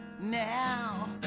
now